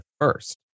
first